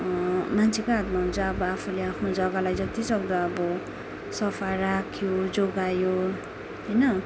मान्छेकै हातमा हुन्छ अब आफूले आफ्नै जग्गालाई जतिसक्दो अब सफा राख्यो जोगायो होइन